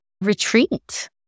retreat